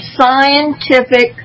scientific